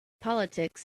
politics